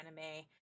anime